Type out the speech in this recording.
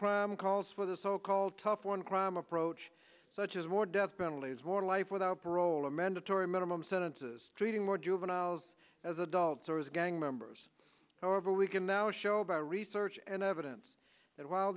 crime calls for the so called tough on crime approach such as more death penalties more life without parole a mandatory minimum sentences treating more juveniles as adults or as gang members however we can now show about research and evidence that while